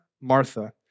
Martha